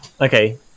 Okay